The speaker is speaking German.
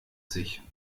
sich